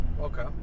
Okay